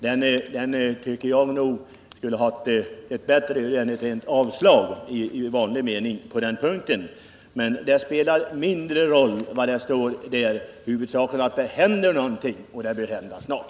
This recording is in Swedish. Jag tycker att den motionen hade varit värd ett bättre öde än avslag. Huvudsaken är emellertid att det händer någonting, och det bör hända snart.